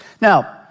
Now